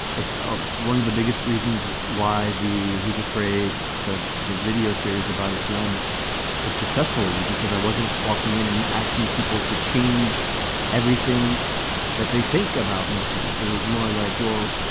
it's ah one of the biggest reasons why the who's afraid the the video series about islam was successful was because i wasn't walking in and asking people to change everything that they think about muslims. it was more like, well,